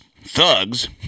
thugs